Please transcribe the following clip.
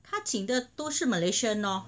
他请的都是 malaysian